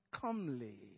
comely